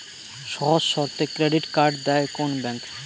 সহজ শর্তে credit card দেয় কোন ব্যাংক?